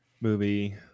movie